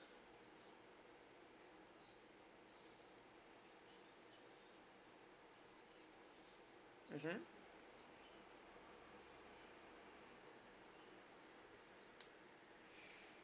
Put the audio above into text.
mmhmm sure